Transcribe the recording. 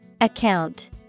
Account